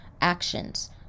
actions